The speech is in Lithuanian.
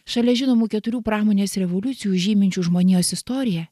šalia žinomų keturių pramonės revoliucijų žyminčių žmonijos istoriją